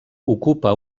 ocupa